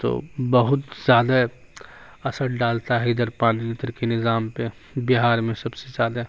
تو بہت زیادہ اثر ڈالتا ہے ادھر پانی ادھر کے نظام پہ بہار میں سب سے زیادہ